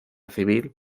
civil